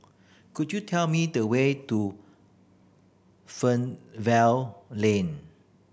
could you tell me the way to Fernvale Lane